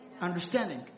understanding